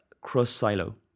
cross-silo